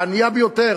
הענייה ביותר,